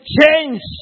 Change